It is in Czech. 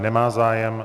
Nemá zájem.